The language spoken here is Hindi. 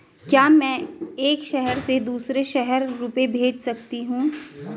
क्या मैं एक शहर से दूसरे शहर रुपये भेज सकती हूँ?